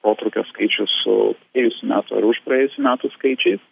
protrūkio skaičiaus su praėjusių metų ar užpraėjusių metų skaičiais